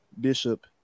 Bishop